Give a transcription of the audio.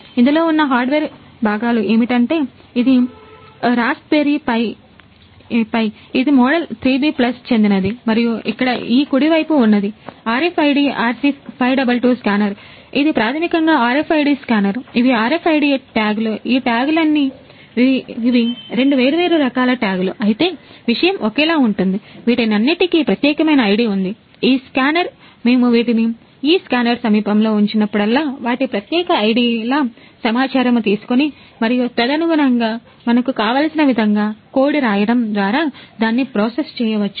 ఇందులో ఉన్న హార్డ్వేర్ భాగాలు చేయవచ్చు